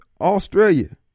Australia